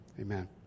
amen